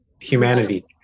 humanity